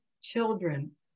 children